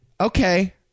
Okay